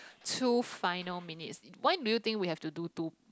two final minutes why do you think we have to do two